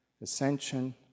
ascension